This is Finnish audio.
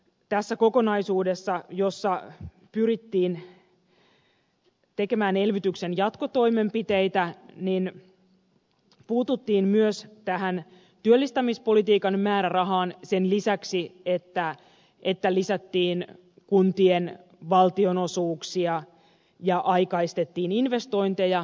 tässä kokonaisuudessa jossa pyrittiin tekemään elvytyksen jatkotoimenpiteitä puututtiin myös tähän työllistämispolitiikan määrärahaan sen lisäksi että lisättiin kuntien valtionosuuksia ja aikaistettiin investointeja